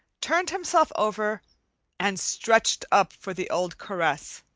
turned himself over and stretched up for the old caress.